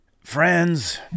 friends